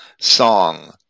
Song